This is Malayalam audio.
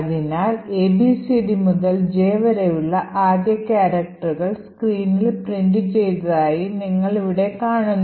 അതിനാൽ ABCD മുതൽ J വരെയുള്ള ആദ്യ ക്യാരക്ടറുകൾ സ്ക്രീനിൽ പ്രിന്റുചെയ്തതായി നിങ്ങൾ ഇവിടെ കാണുന്നു